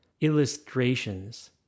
illustrations